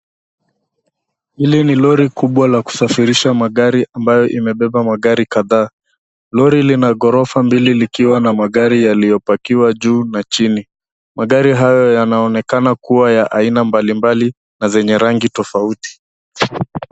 Hili ni lori kubwa la kusafirisha magari ambayo imebeba magari kadhaa. Lori lina ghorofa mbili likiwa na magari yaliyopakiwa juu na chini. Magari hayo yanaonekana kuwa ya aina mbalimbali na zenye rangi tofauti.